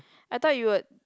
I thought you would